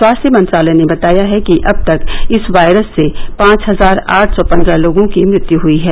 स्वास्थ्य मंत्रालय ने बताया है कि अब तक इस वायरस से पांच हजार आठ सौ पन्द्रह लोगों की मृत्यु हुई है